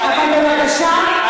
אני מבקש.